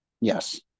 Yes